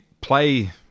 play